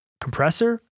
compressor